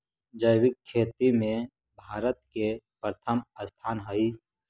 जैविक खेती में भारत के प्रथम स्थान हई